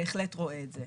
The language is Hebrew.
בהחלט רואה את זה,